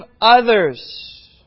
others